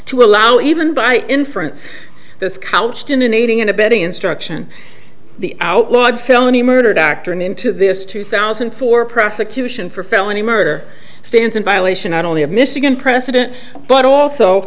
to allow even by inference this couched in aiding and abetting instruction the outlawed felony murder doctrine into this two thousand and four prosecution for felony murder stands in violation that only of michigan precedent but also